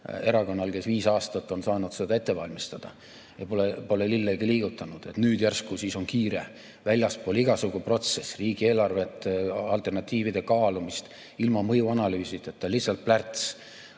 erakonnal, kes viis aastat on saanud seda ette valmistada ja pole lillegi liigutanud. Nüüd järsku siis on kiire väljaspool igasugu protsessi, riigieelarve alternatiivide kaalumist, ilma mõjuanalüüsideta lihtsalt plärts